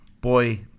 Boy